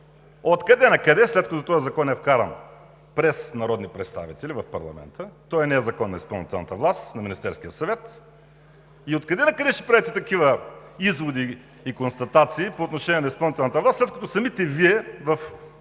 Откъде накъде, след като този закон е вкаран през народни представители в парламента, той не е закон на изпълнителната власт, на Министерския съвет, ще правите такива изводи и констатации по отношение на изпълнителната власт, след като самите Вие при приемането